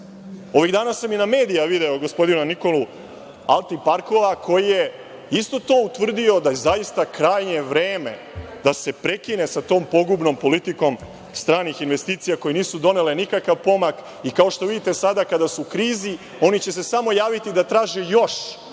dana sam i na medijima video gospodina Nikolu Altiparmakova koji je isto to utvrdio da je zaista krajnje vreme da se prekine sa tom pogubnom politikom stranih investicija koje nisu donele nikakav pomak. Kao što vidite, sada kada su u krizi, oni će se samo javiti da traže još